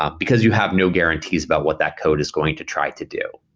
ah because you have no guarantees about what that code is going to try to do.